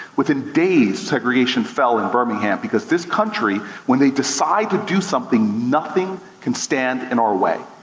within days, segregation fell in birmingham. because this country, when they decide to do something, nothing can stand in our way.